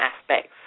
aspects